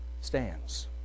stands